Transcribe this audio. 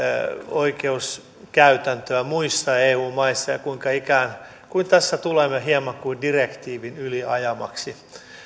oikeuskäytäntöä muissa eu maissa ja sitä kuinka ikään kuin tässä tulemme hieman kuin direktiivin yliajamaksi